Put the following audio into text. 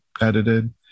edited